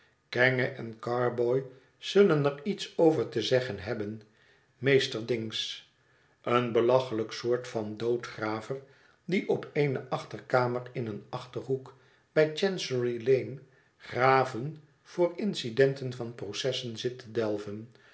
kenge en carboy zullen er iets over te zeggen hebben meester dings een belachelijk soort van doodgraver die op eene achterkamer in een achterhoek bij chanceryl a n e graven voor incidenten van processen zit te delven